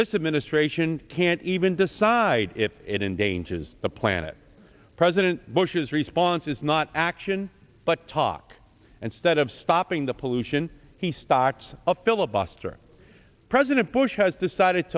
this administration can't even decide if it in danger is a planet president bush's response is not action but talk and stead of stopping the pollution he stocks up filibuster president bush has decided